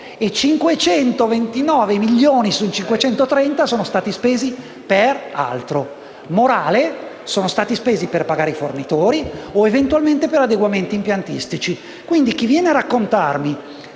ben 529 milioni di euro su 530 sono stati spesi per altro. La morale è che sono stati spesi per pagare i fornitori o, eventualmente, per adeguamenti impiantistici. Quindi, chi viene a raccontare